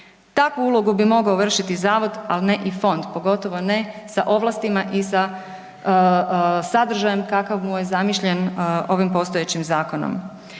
Takvu ulogu bi mogao vršiti zavod a ne i fond, pogotovo ne sa ovlastima i sa sadržajem kakav mu je zamišljen ovim postojećim zakonom.